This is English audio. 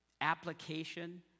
application